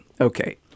Okay